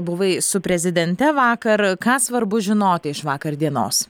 buvai su prezidente vakar ką svarbu žinoti iš vakar dienos